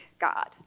God